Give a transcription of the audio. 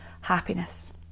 happiness